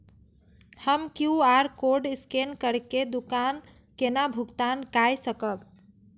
हम QR code scan करके दुकान केना भुगतान काय सकब?